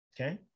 okay